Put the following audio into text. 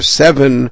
seven